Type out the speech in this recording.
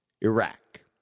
Iraq